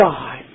God